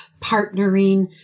partnering